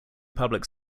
public